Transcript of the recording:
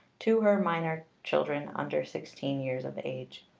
to her minor children under sixteen years of age.